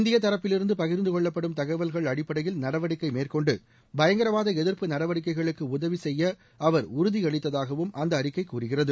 இந்திய தரப்பிலிருந்து பகிர்ந்துகொள்ளப்படும் தகவல்கள் அடிப்படையில் நடவடிக்கை மேற்கொண்டு பயங்கரவாத எதிர்ப்பு நடவடிக்கைகளுக்கு உதவு செய்ய அவர் உறுதியளித்ததாகவும் அந்த அறிக்கை கூறுகிறது